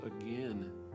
again